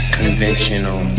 conventional